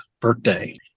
birthday